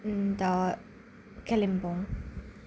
अन्त कालिम्पोङ